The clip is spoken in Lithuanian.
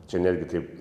čia netgi taip